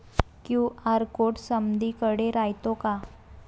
QR code समदीकडे रायतो का?